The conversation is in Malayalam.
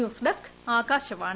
ന്യൂസ്ഡെസ്ക് ആകാശവാണി